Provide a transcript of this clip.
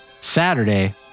Saturday